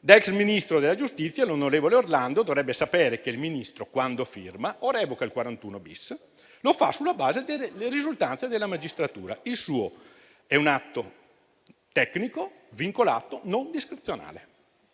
Da ex Ministro della giustizia l'onorevole Orlando dovrebbe sapere che il Ministro, quando firma o revoca il 41-*bis,* lo fa sulla base delle risultanze della magistratura; il suo è un atto tecnico, vincolato, non discrezionale,